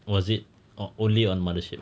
was it or only on mothership